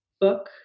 book